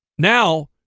Now